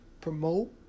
Promote